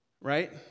Right